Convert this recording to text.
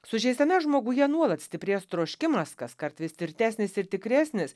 sužeistame žmoguje nuolat stiprės troškimas kaskart vis tvirtesnis ir tikresnis